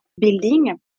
building